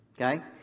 Okay